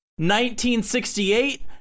1968